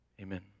Amen